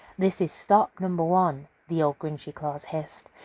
this is stop number one, the old grinchy claus hissed,